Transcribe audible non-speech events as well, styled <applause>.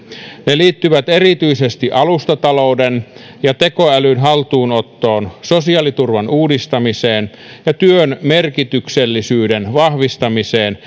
ne liittyvät erityisesti alustatalouden ja tekoälyn haltuunottoon sosiaaliturvan uudistamiseen ja työn merkityksellisyyden vahvistamiseen <unintelligible>